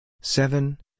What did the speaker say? seven